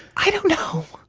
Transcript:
i don't know.